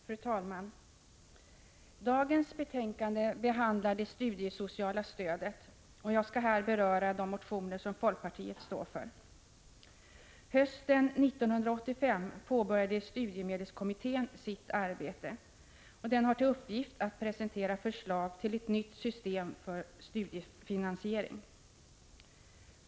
Fru talman! Dagens betänkande handlar om det studiesociala stödet. Jag skall här beröra de motioner som folkpartiet står för. Hösten 1985 påbörjade studiemedelskommittén sitt arbete. Den har till uppgift att presentera förslag till ett nytt system för studiefinansiering.